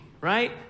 right